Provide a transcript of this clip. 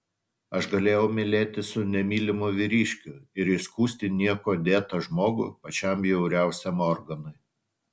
aš galėjau mylėtis su nemylimu vyriškiu ir įskųsti niekuo dėtą žmogų pačiam bjauriausiam organui